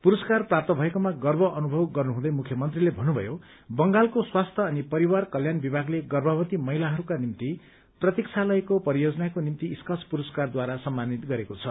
पुरस्कार प्राप्त भएकोमा गर्व अनुभव गर्नुहँदै मुख्यमन्त्रीले भन्नभयो बंगाल स्वास्थ्य अनि परिवार कल्याण विभागले गर्भवती महिलाहरूका निम्ति प्रतिक्षालयको परियोजनाको निम्ति स्काच पुरस्कारद्वारा सम्मानित गरेको छ